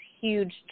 huge